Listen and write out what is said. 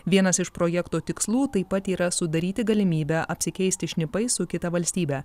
vienas iš projekto tikslų taip pat yra sudaryti galimybę apsikeisti šnipais su kita valstybe